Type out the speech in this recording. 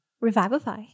Revivify